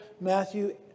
Matthew